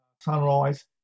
sunrise